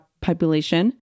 population